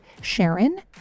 SHARON